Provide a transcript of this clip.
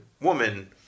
woman